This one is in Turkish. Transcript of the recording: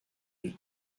yüz